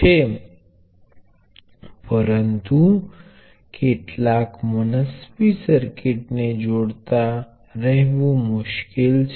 1 milliampere તેમાંથી પસાર થશે